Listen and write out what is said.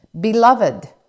Beloved